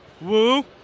Woo